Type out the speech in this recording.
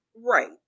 Right